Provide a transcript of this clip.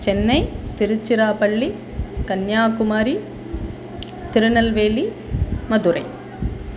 Chennai Tiruchirappalli Kanyakumari Tirunelveli Madurai